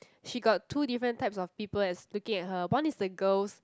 she got two different types of people that's looking at her one is the girls